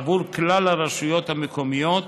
עבור כלל הרשויות המקומיות,